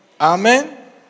Amen